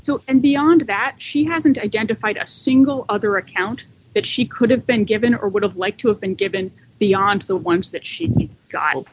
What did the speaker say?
so and beyond that she hasn't identified a single other account that she could have been given or would have liked to have been given beyond the ones that she